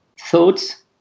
thoughts